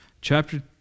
Chapter